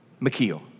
McKeel